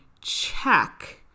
check